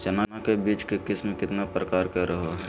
चना के बीज के किस्म कितना प्रकार के रहो हय?